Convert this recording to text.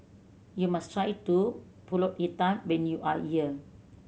you must try to Pulut Hitam when you are here